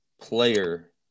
player